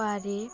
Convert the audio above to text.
পারে